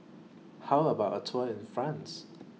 How about A Tour in France